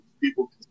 people